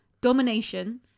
domination